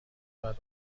بعد